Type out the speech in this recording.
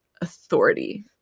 authority